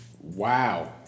Wow